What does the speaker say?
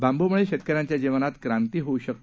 बांब्मुळे शेतकऱ्यांच्या जीवनात क्रांती होऊ शकते